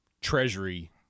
treasury